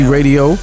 Radio